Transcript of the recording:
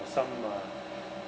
have some uh